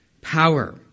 power